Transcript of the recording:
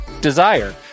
Desire